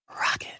Rocket